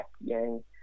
Yang